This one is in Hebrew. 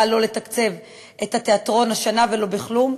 לא לתקצב את התיאטרון השנה ולא בכלום,